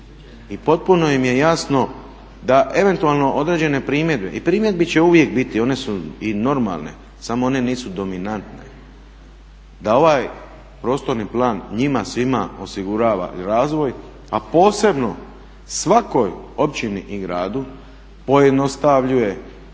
i potpuno im je jasno da eventualno određene primjedbe i primjedbi će uvijek biti, one su i normalne, samo one nisu dominantne, da ovaj prostorni plan njima svima osiguravamo razvoj, a posebno svakoj općini i gradu pojednostavljuje